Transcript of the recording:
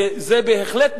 ובהחלט,